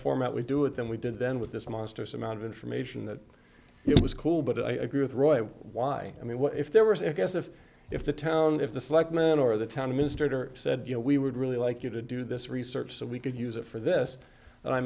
format we do it than we did then with this monster's amount of information that it was cool but i agree with roy why i mean what if there was a guess if if the town if the selectmen or the town administrator said you know we would really like you to do this research so we could use it for this